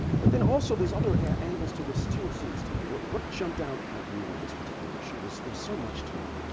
but then, also, there's other angles to this, too, it seems to me. what what jumped out at you on this particular issue? there's so much to it.